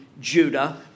Judah